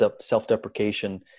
self-deprecation